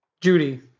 Judy